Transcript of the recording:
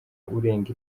urenga